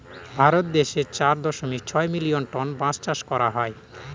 ভারত দেশে চার দশমিক ছয় মিলিয়ন টন বাঁশ চাষ করা হয়